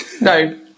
No